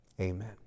Amen